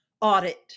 audit